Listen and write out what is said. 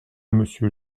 monsieur